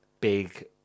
big